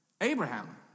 Abraham